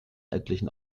etlichen